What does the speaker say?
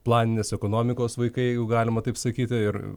planinės ekonomikos vaikai jeigu galima taip sakyti ir